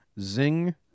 Zing